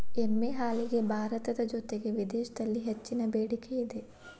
ಎಮ್ಮೆ ಹಾಲಿಗೆ ಭಾರತದ ಜೊತೆಗೆ ವಿದೇಶಿದಲ್ಲಿ ಹೆಚ್ಚಿನ ಬೆಡಿಕೆ ಇದೆ